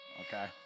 Okay